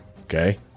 okay